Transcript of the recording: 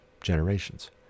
Generations